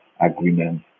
agreement